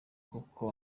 kuko